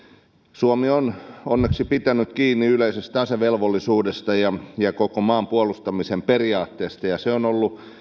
suomi on onneksi pitänyt kiinni yleisestä asevelvollisuudesta ja ja koko maan puolustamisen periaatteesta ja se on ollut